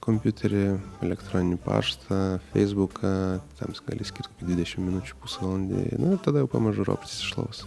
kompiuteryje elektroninį paštą feisbuką tam gali skirti dvidešimt minučių pusvalandį nu tada jau pamažu ropštis iš lovos